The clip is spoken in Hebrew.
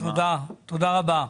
תודה רבה.